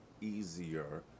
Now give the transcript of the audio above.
easier